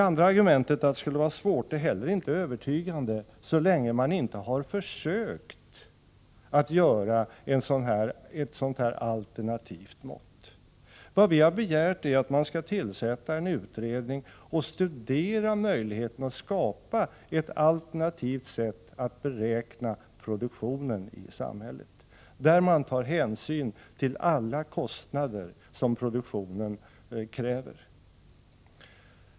Argumentet att det skulle vara svårt är inte heller övertygande, så länge man inte har försökt åstadkomma ett sådant alternativt mått. Vad vi har begärt är att man skall tillsätta en utredning och studera möjligheten att skapa ett alternativt sätt att beräkna produktionen i samhället där man tar hänsyn till alla kostnader som produktionen orsakar.